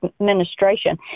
administration